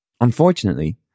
Unfortunately